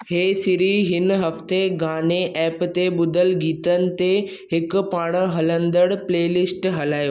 हे सीरी हिन हफ़्ते गाने ऐप ते ॿुधल गीतनि ते हिकु पाणु हलंदड़ प्लेलिस्ट हलायो